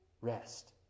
rest